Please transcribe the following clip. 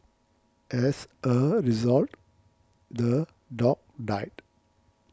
as a result the dog died